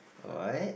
alright